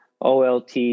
OLT